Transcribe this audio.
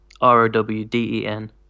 R-O-W-D-E-N